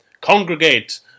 congregate